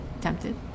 tempted